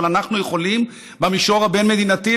אבל אנחנו יכולים לסייע להם במישור הבין-מדינתי.